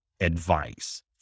advice